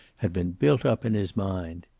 had been built up in his mind.